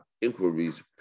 inquiries